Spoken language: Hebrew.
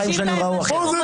החיים שלנו ייראו אחרת.